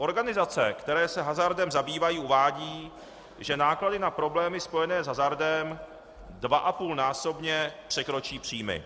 Organizace, které se hazardem zabývají, uvádějí, že náklady na problémy spojené s hazardem 2,5násobně překročí příjmy.